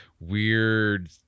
weird